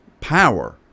power